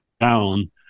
down